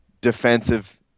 defensive